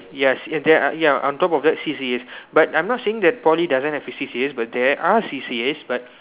yes and there are ya on top of that C_C_As but I'm not saying that Poly doesn't have C_C_As but there are C_C_As but